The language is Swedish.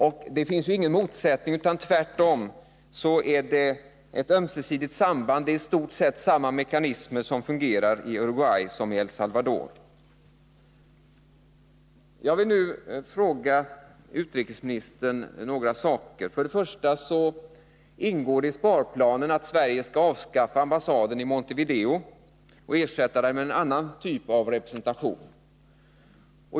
Och här finns det ingen motsättning utan tvärtom ett ömsesidigt samband — det är i stort sett samma mekanismer som fungerar i Uruguay som i El Salvador. Jag vill nu ställa några frågor till utrikesministern. För det första: Det ingår i sparplanen att Sverige skall avskaffa ambassaden i Montevideo och ersätta den med en annan typ av representation.